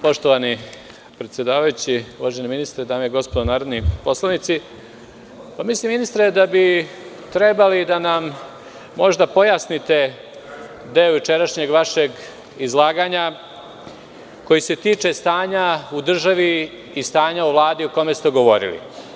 Poštovani predsedavajući, uvaženi ministre, dame i gospodo narodni poslanici, mislim ministre da bi trebalo da nam možda pojasnite deo jučerašnjeg vašeg izlaganja koji se tiče stanja u državi i stanja u Vladi o kome ste govorili.